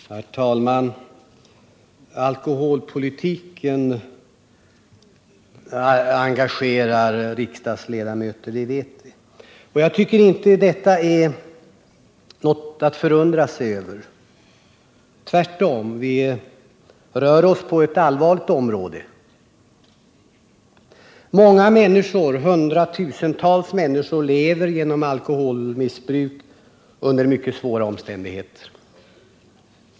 Herr talman! Alkoholpolitiken engagerar som bekant riksdagsledamöterna. Jag tycker inte det är något att förundra sig över. Tvärtom rör vi oss här på ett allvarligt område. Hundratusentals människor lever genom alkoholmissbruk under mycket svåra omständigheter.